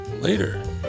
later